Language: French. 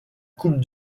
coupe